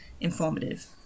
informative